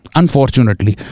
unfortunately